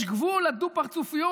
יש גבול לדו-פרצופיות,